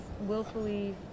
willfully